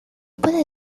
puede